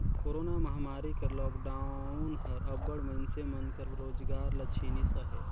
corona महमारी कर lockdown हर अब्बड़ मइनसे मन कर रोजगार ल छीनिस अहे